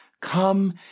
come